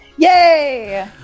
Yay